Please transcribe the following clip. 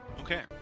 Okay